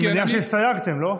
אני מניח שהסתייגתם, לא?